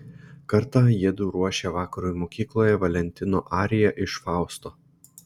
kartą jiedu ruošė vakarui mokykloje valentino ariją iš fausto